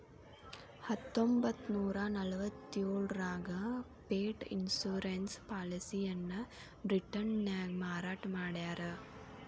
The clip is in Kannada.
ಹತ್ತೊಂಬತ್ತನೂರ ನಲವತ್ತ್ಯೋಳರಾಗ ಪೆಟ್ ಇನ್ಶೂರೆನ್ಸ್ ಪಾಲಿಸಿಯನ್ನ ಬ್ರಿಟನ್ನ್ಯಾಗ ಮಾರಾಟ ಮಾಡ್ಯಾರ